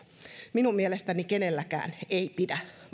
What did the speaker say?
minun mielestäni kenelläkään ei pidä